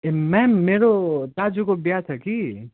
ए ma'am मेरो दाजुको बिहा छ कि